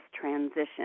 transition